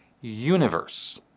universe